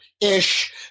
ish